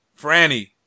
Franny